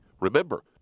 Remember